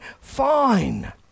fine